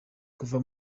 kuva